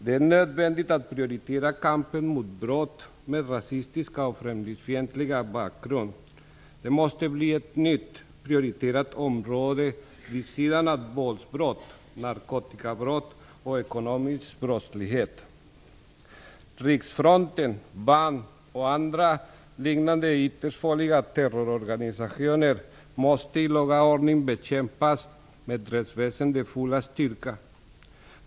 Det är nödvändigt att prioritera kampen mot brott med rasistisk och främlingsfientlig bakgrund. Det måste bli ett nytt prioriterat område vid sidan av våldsbrott, narkotikabrott och ekonomisk brottslighet. Riksfronten VAM och andra liknande ytterst farliga terrororganisationer måste i laga ordning bekämpas med rättsväsendets fulla styrka.